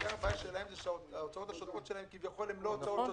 הבעיה היא שההוצאות השוטפות שלהם כביכול הן לא הוצאות שוטפות,